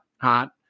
hot